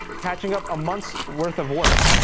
catching up a month's worth of work.